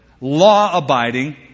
law-abiding